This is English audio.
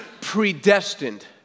Predestined